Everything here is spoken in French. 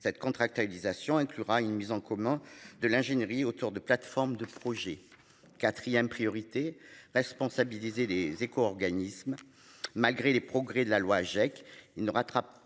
cette contractualisation inclura une mise en commun de l'ingénierie autour de plateformes de projets 4ème priorité responsabilisé des éco-organismes malgré les progrès de la loi geeks il ne rattrape.